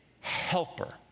helper